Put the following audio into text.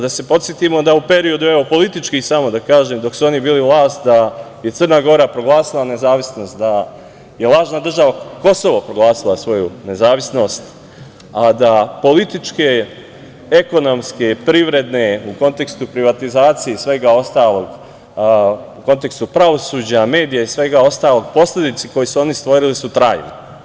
Da se podsetimo da u periodu, evo politički samo da kažem, dok su oni bili vlast da je Crna Gora proglasila nezavisnost, da je lažna država Kosovo proglasila svoju nezavisnost, a da političke, ekonomske, privredne u kontekstu privatizacije i svega ostalog, u kontekstu pravosuđa, medija i svega ostalog, posledice koje su oni stvorili su trajne.